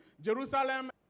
Jerusalem